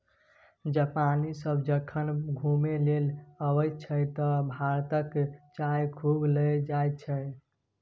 जापानी सभ जखन घुमय लेल अबैत छै तँ भारतक चाह खूब लए जाइत छै